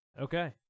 Okay